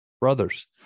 Brothers